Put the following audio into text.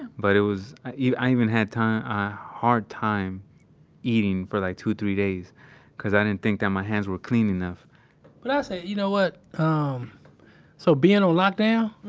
but it was i even had time a hard time eating for like two, three days because i didn't think that my hands were clean enough but i'll say, you know what, um so being on lockdown,